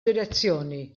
direzzjoni